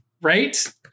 right